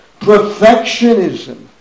Perfectionism